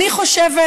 אני חושבת,